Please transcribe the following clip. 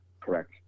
Correct